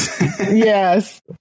Yes